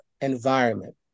environment